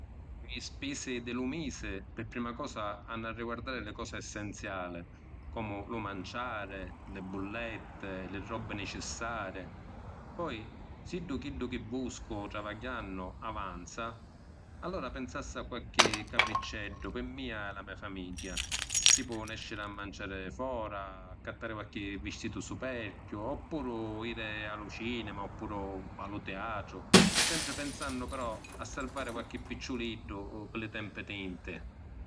Li spisi di lu misi pi prima cosa hannu a riguardari li cosi essenziali, comu lu manciàri, li bulletti, li robbi nicissarii. Poi, s’iddu chiddu chi vuscu travagghiannu avanza, allura pinsassi a qualchi capricceddu pi mia e la me’ famigghia, tipu nesciri a manciàri fôra, accattari qualchi vistutu superchiu oppuru jiri a lu cinema oppuru a lu tiatru. Sempri pinsannu, però, a sarvari qualchi picciuliddu pi li tempi tinti.